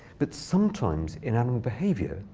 but sometimes, in animal behavior,